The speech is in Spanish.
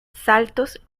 saltos